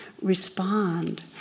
respond